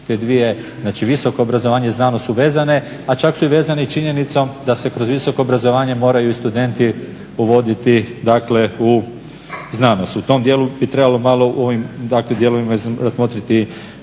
te dvije, znači visoko obrazovanje i znanost su vezane, a čak su vezani i činjenicom da se kroz visoko obrazovanje moraju i studenti povoditi, dakle u znanost. U tom dijelu bi trebalo malo u ovim, dakle dijelovima razmotriti